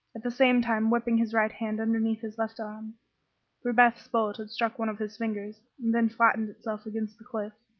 at the same time whipping his right hand underneath his left arm for beth's bullet had struck one of his fingers and then flattened itself against the cliff.